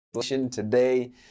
today